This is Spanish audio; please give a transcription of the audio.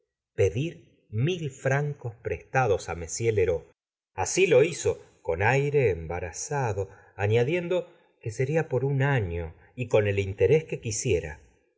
pedir mil francos prestados á m lheureux así lo hizo con aire embarazado añadiendo que seria por un año y con el interés que quisiera